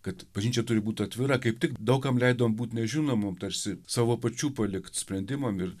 kad bažnyčia turi būt atvira kaip tik daug kam leido būt nežinomam tarsi savo pačių palikt sprendimam ir